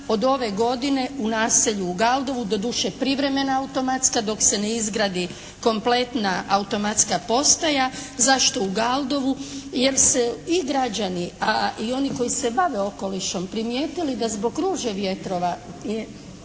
od ove godine u naselju u Galdovu doduše privremena automatska dok se ne izgradi kompletna automatska postaja. Zašto u Galdovu? Jer se i građani a i oni koji se bave okolišom primjetili da zbog ruže vjetrova